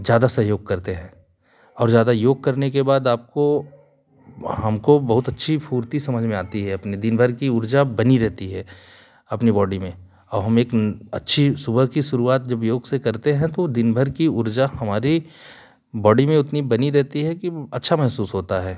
ज़्यादा सहयोग करते हैं और ज़्यादा योग करने के बाद आपको हमको बहुत अच्छी फ़ुर्ती समझ में आती है अपने दिन भर की उर्जा बनी रहती है अपने बॉडी में और हम एक अच्छी सुबह की शुरुआत जब योग से करते हैं तो दिनभर की उर्जा हमारी बॉडी में उतनी बनी रहती है कि अच्छा महसूस होता है